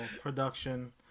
production